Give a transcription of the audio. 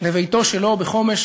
לביתו שלו בחומש